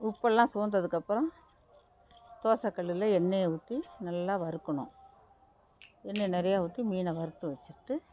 உப்பல்லாம் சூழ்ந்ததுக்கப்புறம் தோசைக்கல்லில் எண்ணெயை ஊற்றி நல்லா வறுக்கணும் எண்ணெய் நிறையா ஊற்றி மீனை வறுத்து வச்சிட்டு